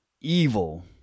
evil